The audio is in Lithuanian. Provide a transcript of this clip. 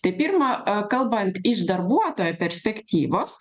tai pirma a kalbant iš darbuotojo perspektyvos